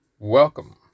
Welcome